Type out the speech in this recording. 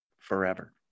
forever